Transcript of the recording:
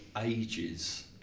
ages